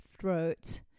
throat